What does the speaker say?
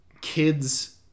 kids